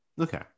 okay